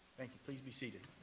thank you. please be seated.